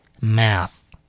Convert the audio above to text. math